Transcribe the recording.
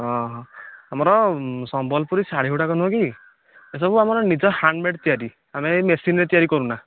ଆମର ସମ୍ବଲପୁରୀ ଶାଢ଼ୀ ଗୁଡ଼ାକ ନୁହଁ କି ଏସବୁ ଆମର ନିଜ ହ୍ୟାଣ୍ଡ ମେଡ଼ ତିଆରି ଆମେ ଏହି ମେସିନ ରେ ତିଆରି କରୁନା